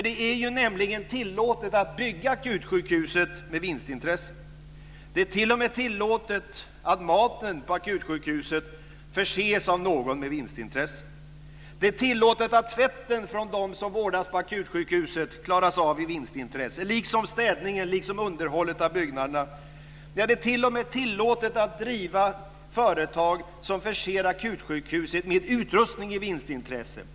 Det är nämligen tillåtet att bygga akutsjukhus med vinstintresse. Det är t.o.m. tillåtet att maten på akutsjukhuset tillhandahålls av någon med vinstintresse. Det är tillåtet att tvätten från dem som vårdas på akutsjukhuset klaras av med vinstintresse, liksom städningen och underhållet av byggnaderna. Det är t.o.m. tillåtet att driva företag som förser akutsjukhuset med utrustning med vinstintresse.